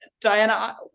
Diana